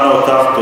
שמענו אותך.